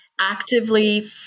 actively